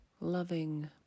loving